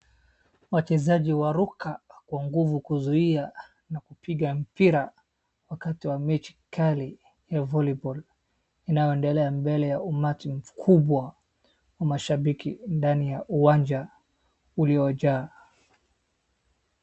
Wachezaji waruka kwa nguvu kuzuia na kupiga mpira wakati wa mechi kali ya volleyball inayoendelea mbele ya umati mkubwa wa mashambiki ndani ya uwanja uliojaa.